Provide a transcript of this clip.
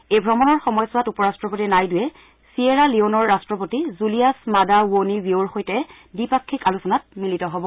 এই ভ্ৰমণৰ সময়ছোৱাত উপৰট্টপতি নাইডুৱে ছিয়েৰা লিঅ'নৰ ৰট্টপতি জুলিয়াচ মাডা ৱোনি বিয়োৰ সৈতে দ্বিপাক্ষিক আলোচনাত মিলিত হব